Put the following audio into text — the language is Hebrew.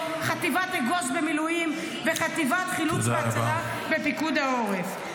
חטיבת אגוז במילואים וחטיבת חילוץ והצלה בפיקוד העורף.